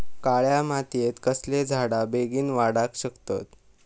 काळ्या मातयेत कसले झाडा बेगीन वाडाक शकतत?